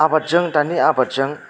आबादजों दानि आबादजों